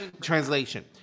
translation